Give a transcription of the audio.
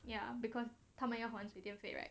ya because 他们要好像水电费 right